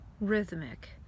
rhythmic